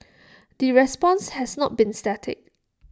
the response has not be static